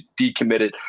decommitted